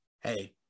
hey